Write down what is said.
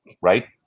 right